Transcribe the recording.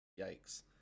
yikes